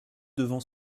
devant